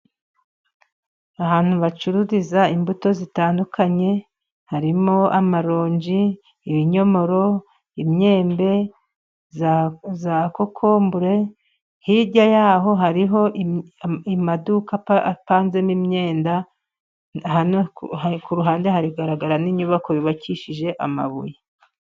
Ahantu bacururiza imbuto zitandukanye harimo: amaronji, ibinyomoro, imyembe, za kokombure. Hirya y'aho hariho amaduka apanzemo imyenda, ku ruhande hagaragara n'inyubako yubakishije amabuye.